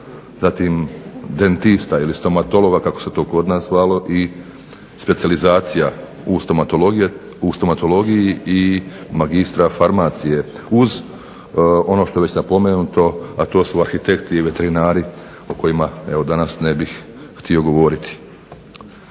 dentista, stomatologa kako se to kod nas zvalo i specijalizacija u stomatologiji i magistra farmacije uz ono što je već spomenuto a to su arhitekti i veterinari o kojima danas ne bih htio govoriti.